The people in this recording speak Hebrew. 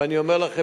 ואני אומר לכם,